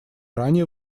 ранее